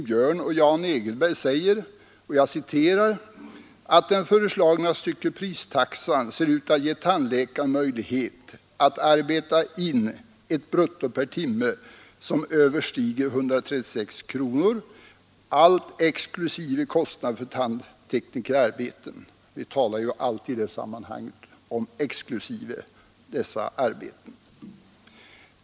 Björn och Jan Egelberg säger att ”den föreslagna styckepristaxan ser ut att ge tandläkarna möjlighet att arbeta in ett brutto per timme som överstiger 136 kronor”, allt exklusive kostnaderna för tandteknikerarbeten. Vi talar ju alltid i detta sammanhang om priser exklusive dessa arbeten.